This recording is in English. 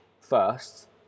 first